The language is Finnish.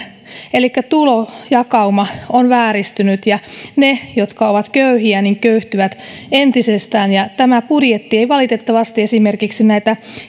tulojakauma on vääristynyt ja ne jotka ovat köyhiä köyhtyvät entisestään tämä budjetti ei valitettavasti esimerkiksi näitä